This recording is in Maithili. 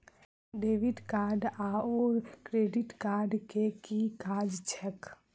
डेबिट कार्ड आओर क्रेडिट कार्ड केँ की काज छैक?